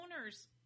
owner's